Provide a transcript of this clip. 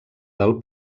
del